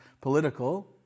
political